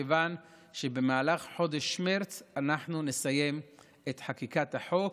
כיוון שבמהלך חודש מרץ אנחנו נסיים את חקיקת החוק